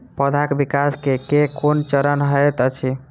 पौधाक विकास केँ केँ कुन चरण हएत अछि?